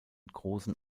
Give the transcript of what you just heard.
großen